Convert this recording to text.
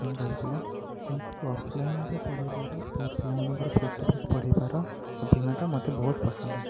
problem ରହୁଥିଲା କିନ୍ତୁ ଅଫ୍ଲାଇନରେ ପଢ଼ାଇବାର ପିଲାମାନଙ୍କର ଫେସ ଟୁ ଫେସ ପଢ଼ାଇବାର ଅଭିଜ୍ଞତା ମୋତେ ବହୁତ ପସନ୍ଦ ଲାଗେ